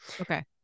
Okay